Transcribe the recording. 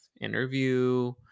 interview